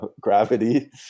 gravity